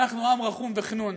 אנחנו עם רחום וחְנון.